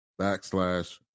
backslash